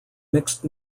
mixed